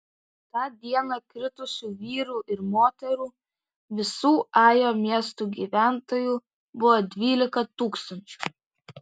tą dieną kritusių vyrų ir moterų visų ajo miesto gyventojų buvo dvylika tūkstančių